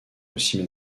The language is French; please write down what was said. aussi